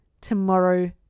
tomorrow